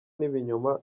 n’ibinyoma